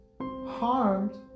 harmed